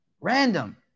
random